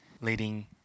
leading